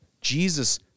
Jesus